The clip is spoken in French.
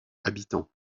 habitants